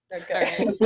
Okay